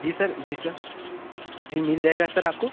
जी sir जी sir जी मिल जाएगा सर आपको